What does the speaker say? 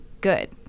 good